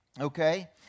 okay